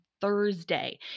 Thursday